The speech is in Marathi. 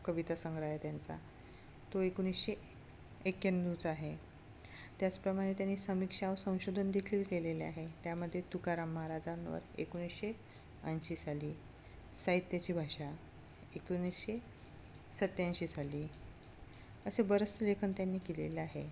कविता संग्रह आहे त्यांचा तो एकोणीसशे एक्याण्णवचा आहे त्याचप्रमाणे त्यांनी समीक्षा व संशोधन देखील केलेले आहे त्यामध्ये तुकाराम महाराजांवर एकोणीसशे ऐंशी साली साहित्याची भाषा एकोणीसशे सत्याऐंशी साली असे बरेचसे लेखन त्यांनी केलेलं आहे